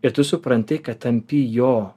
ir tu supranti kad tampi jo